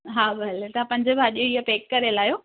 हा भले तव्हां पंज भाॼियूं इहे पैक करे लायो